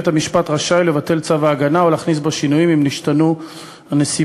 בית-המשפט רשאי לבטל צו הגנה או להכניס בו שינויים אם נשתנו הנסיבות.